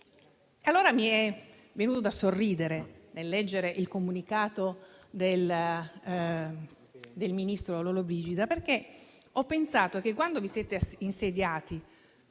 Allora mi è venuto da sorridere nel leggere il comunicato del ministro Lollobrigida, perché ho pensato che, quando vi siete insediati